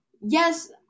yes